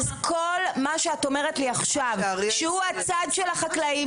אז כל מה שאת אומרת לי עכשיו שהוא הצד של החקלאות,